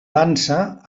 dansa